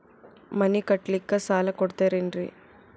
ಮನಿ ಕಟ್ಲಿಕ್ಕ ಸಾಲ ಕೊಡ್ತಾರೇನ್ರಿ?